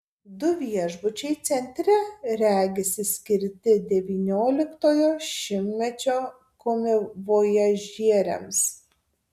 du viešbučiai centre regisi skirti devynioliktojo šimtmečio komivojažieriams